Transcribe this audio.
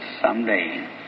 someday